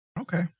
Okay